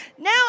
Now